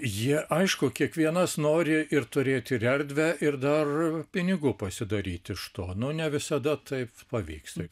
jie aišku kiekvienas nori ir turėt ir erdvę ir dar pinigų pasidaryt iš to nu ne visada taip pavyksta